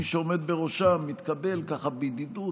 מי שעומד בראשה מתקבל ככה בידידות